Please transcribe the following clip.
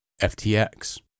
ftx